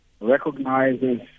recognizes